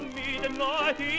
midnight